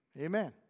Amen